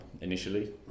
initially